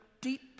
deep